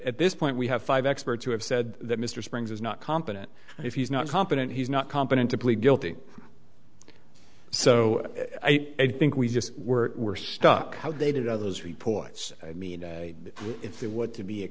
at this point we have five experts who have said that mr springs is not competent and if he's not competent he's not competent to plead guilty so i think we just we're we're stuck how they did of those reports i mean if they want to be a